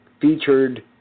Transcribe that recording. featured